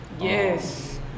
Yes